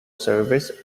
service